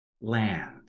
land